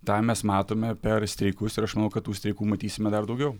tą mes matome per streikus ir aš manau kad tų streikų matysime dar daugiau